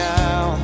now